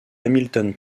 hamilton